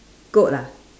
goat ah